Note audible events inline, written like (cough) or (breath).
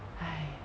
(breath)